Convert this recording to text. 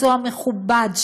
מקצוע מכובד,